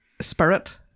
spirit